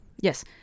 Yes